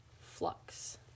Flux